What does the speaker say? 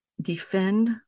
defend